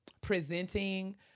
presenting